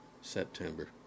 September